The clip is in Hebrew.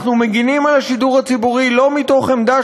אנחנו מגינים על השידור הציבור לא מתוך עמדה